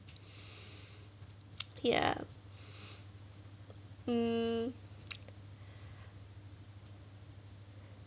ya um